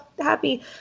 happy